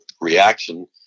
reaction